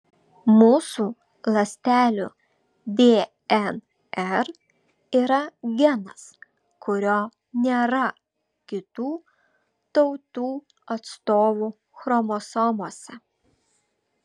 mūsų ląstelių dnr yra genas kurio nėra kitų tautų atstovų chromosomose